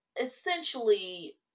essentially